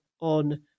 on